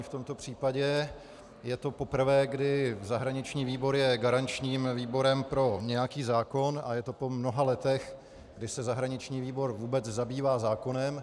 V tomto případě je to poprvé, kdy zahraniční výbor je garančním výborem pro nějaký zákon, a je to po mnoha letech, kdy se zahraniční výbor vůbec zabývá zákonem.